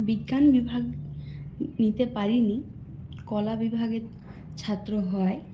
বিজ্ঞান বিভাগ নিতে পারিনি কলা বিভাগের ছাত্র হওয়ায়